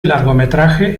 largometraje